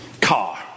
car